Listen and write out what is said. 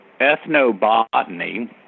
ethnobotany